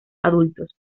adultos